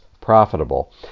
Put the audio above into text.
profitable